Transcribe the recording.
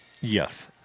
Yes